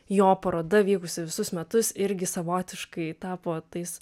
jo paroda vykusi visus metus irgi savotiškai tapo tais